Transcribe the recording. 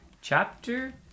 chapter